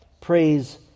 praise